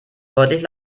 deutlich